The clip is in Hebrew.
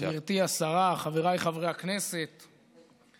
שאיים על שר האוצר שהביא הצעה מאוד